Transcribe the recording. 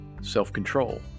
self-control